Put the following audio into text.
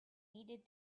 needed